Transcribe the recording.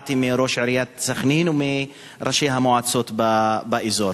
ידעתי מראש עיריית סח'נין ומראשי המועצות באזור